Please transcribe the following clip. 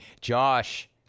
Josh